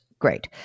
Great